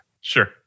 Sure